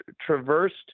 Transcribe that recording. traversed